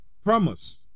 promise